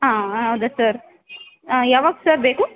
ಹಾಂ ಹೌದಾ ಸರ್ ಯಾವಾಗ ಸರ್ ಬೇಕು